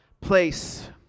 place